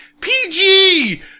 PG